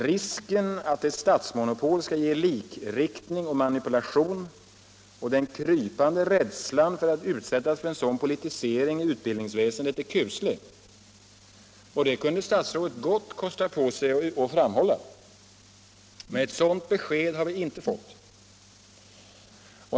Risken att ett statsmonopol skulle ge likriktning och manipulation och den krypande rädslan för att utsättas för en sådan politisering i utbildningsväsendet är kuslig. Det kunde statsrådet gott kosta på sig att framhålla. Men ett sådant besked har vi inte fått.